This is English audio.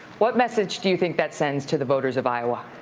what message do you think that sends to the voters of iowa?